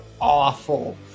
awful